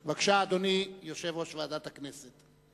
בבקשה, אדוני יושב-ראש ועדת הכנסת.